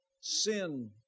sin